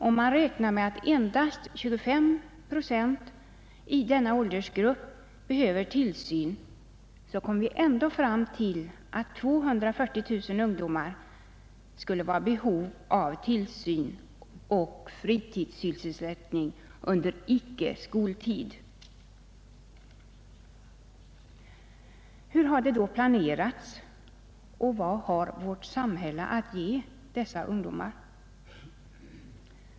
Om man räknar med att endast 25 procent i denna åldersgrupp behöver tillsyn, kommer vi ändå fram till att 240 000 ungdomar skulle vara i behov av tillsyn och sysselsättning under icke skoltid. Hur har det då planerats, och vad har vårt samhälle att ge dessa ungdomar?